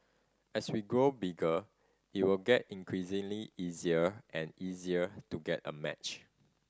as we grow bigger it will get increasingly easier and easier to get a match